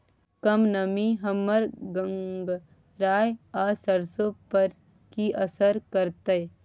कम नमी हमर गंगराय आ सरसो पर की असर करतै?